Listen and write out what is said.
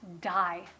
die